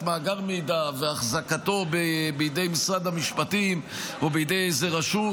מאגר מידע והחזקתו בידי משרד המשפטיים או בידי איזו רשות,